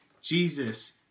Jesus